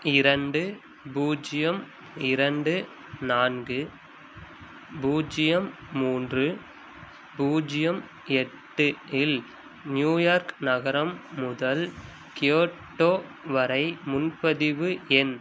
இரண்டு பூஜ்ஜியம் இரண்டு நான்கு பூஜ்ஜியம் மூன்று பூஜ்ஜியம் எட்டு இல் நியூயார்க் நகரம் முதல் கியோட்டோ வரை முன்பதிவு எண்